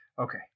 Okay